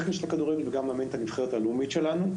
הכדורגל וגם מאמנת את הנבחרת הלאומית שלנו,